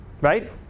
Right